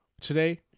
Today